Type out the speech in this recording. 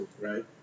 right